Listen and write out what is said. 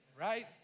Right